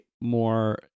more